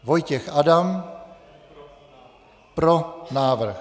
Vojtěch Adam: Pro návrh.